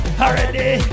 Already